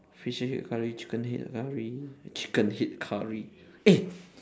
fish head curry chicken head curry chicken head curry eh